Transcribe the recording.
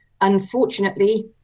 Unfortunately